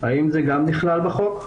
האם הוא גם נכלל בחוק?